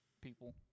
people